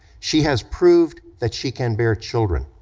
she has proved that she can bear children,